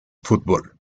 fútbol